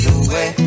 away